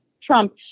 Trump